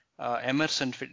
Emerson